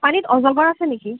পানীত অজগৰ আছে নেকি